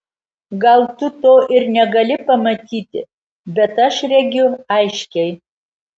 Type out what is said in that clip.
gal tu to ir negali pamatyti bet aš regiu aiškiai